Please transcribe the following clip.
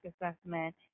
assessment